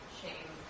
shame